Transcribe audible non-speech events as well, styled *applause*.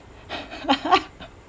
*laughs*